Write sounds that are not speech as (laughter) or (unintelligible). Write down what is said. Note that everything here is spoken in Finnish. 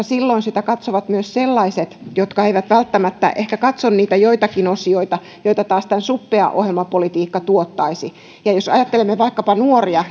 (unintelligible) silloin sitä katsovat myös sellaiset jotka eivät välttämättä ehkä katso niitä joitakin osioita joita taas tämä suppea ohjelmapolitiikka tuottaisi ja jos ajattelemme vaikkapa nuoria (unintelligible)